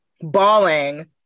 bawling